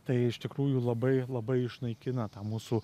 tai iš tikrųjų labai labai išnaikina tą mūsų